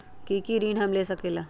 की की ऋण हम ले सकेला?